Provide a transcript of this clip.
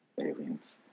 Aliens